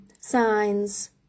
signs